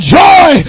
joy